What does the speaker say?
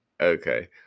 Okay